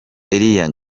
eliya